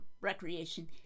recreation